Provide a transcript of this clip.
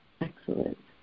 Excellent